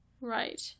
Right